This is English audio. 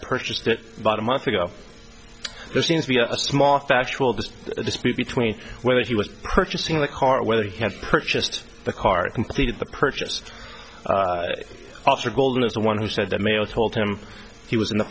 purchased it about a month ago there seems to be a small factual this dispute between whether he was purchasing the car or whether he can purchased the car to complete the purchase of her golden as the one who said the mail told him he was in the